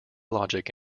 logic